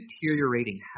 deteriorating